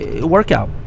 workout